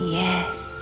yes